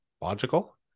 logical